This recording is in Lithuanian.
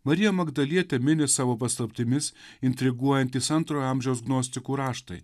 mariją magdalietę mini savo paslaptimis intriguojantys antrojo amžiaus gnostikų raštai